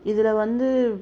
இதில் வந்து